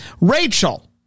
Rachel